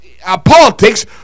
politics